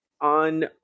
on